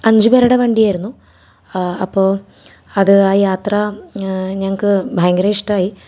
അഞ്ച് പേരുടെ വണ്ടി ആയിരുന്നു അപ്പോൾ അത് ആ യാത്ര ഞങ്ങൾക്ക് ഭയങ്കര ഇഷ്ടമായി